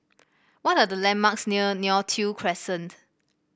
what are the landmarks near Neo Tiew Crescent